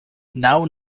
now